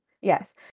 Yes